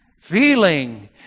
feeling